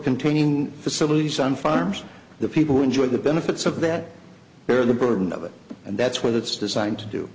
containing facilities on farms the people who enjoy the benefits of that bear the burden of it and that's what it's designed to do